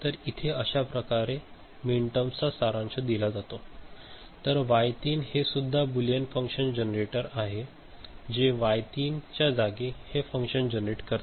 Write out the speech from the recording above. तर इथे अश्याप्रकारे मिनटर्म्स चा सारांश दिला जातो तर वाय 3 हे सुद्धा बुलियन फंक्शन जनरेटर आहे जे वाय 3 च्या जागी हे फंक्शन जनरेट करते